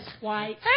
white